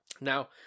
Now